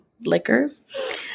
liquors